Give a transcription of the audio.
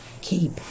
Keep